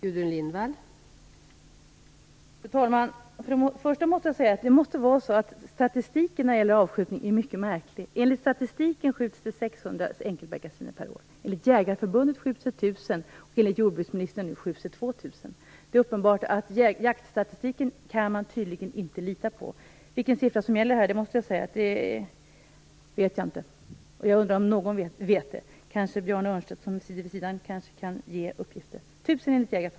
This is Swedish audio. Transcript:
Fru talman! Statistiken när det gäller avskjutning är mycket märklig. Enligt statistiken skjuts det 600 enkelbeckasiner per år, enligt Jägarförbundet skjuts det 1 000 och enligt vad jordbruksministern nyss sade skjuts det 2 000. Jaktstatistiken kan man tydligen inte lita på. Vilken siffra som är riktig vet jag inte, och jag undrar om någon vet det. Bjarne Örnstedt som sitter vid sidan av jordbruksministern nu kanske kan lämna uppgift om det.